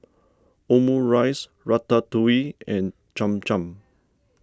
Omurice Ratatouille and Cham Cham